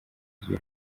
ryo